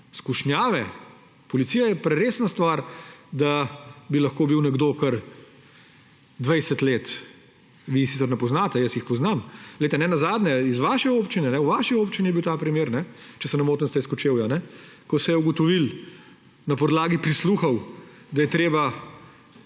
Skušnjave, policija je preresna stvar, da bi lahko bil nekdo kar 20 let, vi sicer ne poznate, jaz jih poznam. Nenazadnje v vaši občini je bil ta primer, če se ne motim, ste iz Kočevja, ko se je ugotovilo na podlagi prisluhov, da je treba